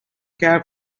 care